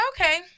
Okay